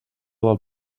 del